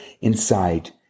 inside